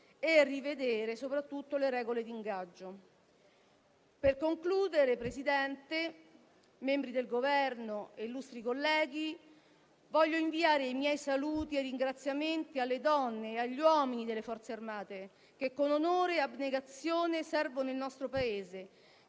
a rivederne le regole d'ingaggio. Per concludere, signor Presidente, onorevoli membri del Governo e illustri colleghi, voglio inviare i miei saluti e ringraziamenti alle donne e agli uomini delle Forze armate, che con onore e abnegazione servono il nostro Paese,